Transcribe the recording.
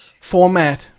format